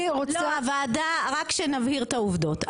רק שנבהיר את העובדות.